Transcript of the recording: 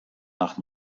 nach